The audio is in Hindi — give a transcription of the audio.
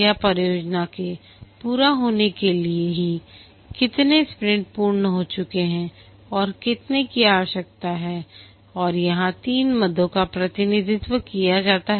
यह परियोजना के पूरा होने के लिए है कि कितने स्प्रिंट पूर्ण हो चुके हैं और कितने की आवश्यकता है और यहां 3 मदो का प्रतिनिधित्व किया जाता है